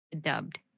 dubbed